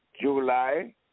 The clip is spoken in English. July